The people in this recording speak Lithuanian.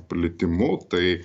plitimu tai